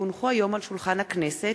כי הונחו היום על שולחן הכנסת,